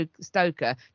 Stoker